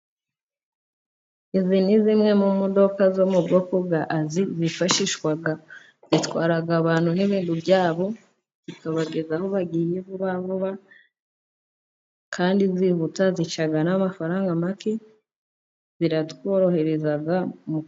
Izi ni zimwe mu modoka zo mu bwoko bwa azi, zifashishwa zitwara abantu n'ibihugu byabo, zikabagezaho bagiye vuba vuba , kandi zihuta zica n'amafaranga make , ziratworohereza mu.